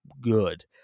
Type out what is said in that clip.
good